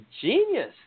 genius